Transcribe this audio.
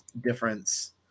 difference